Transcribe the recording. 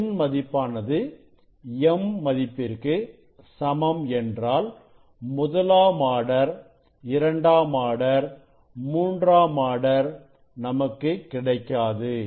n மதிப்பானது m மதிப்பிற்கு சமம் என்றால் முதலாம் ஆர்டர் இரண்டாம் ஆர்டர் மூன்றாம் ஆர்டர் நமக்கு கிடைக்காது